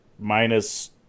Minus